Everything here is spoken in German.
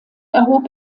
erhob